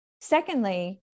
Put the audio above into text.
Secondly